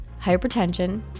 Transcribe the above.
hypertension